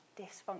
dysfunction